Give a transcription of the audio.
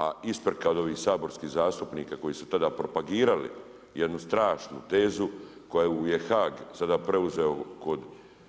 A isprika od ovih saborskih zastupnika koji su tada propagirali jednu strašnu tezu koju je Haag sada preuzeo kod